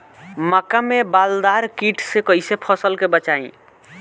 मक्का में बालदार कीट से कईसे फसल के बचाई?